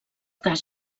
cas